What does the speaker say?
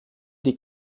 die